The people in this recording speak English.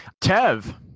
Tev